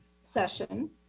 session